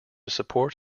support